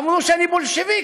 אמרו שאני בולשביק,